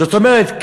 זאת אומרת,